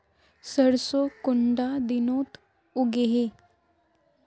सरसों कुंडा दिनोत उगैहे?